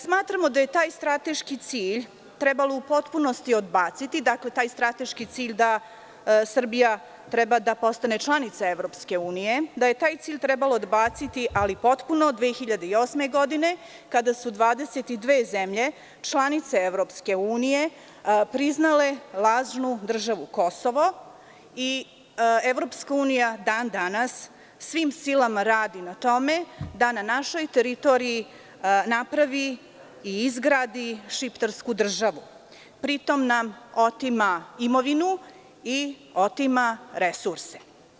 Smatramo da je taj strateški cilj trebalo u potpunosti odbaciti, taj cilj da Srbija treba da postane članica EU, ali potpuno 2008. godine, kada su 22 zemlje članice EU priznale lažnu državu Kosovo i EU dan danas svim silama radi na tome da na našoj teritoriji napravi i izgradi šiptarsku državu, pri tome nam otima imovinu i otima resurse.